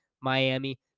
Miami